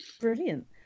Brilliant